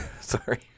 Sorry